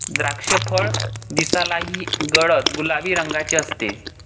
द्राक्षफळ दिसायलाही गडद गुलाबी रंगाचे असते